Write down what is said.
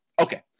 Okay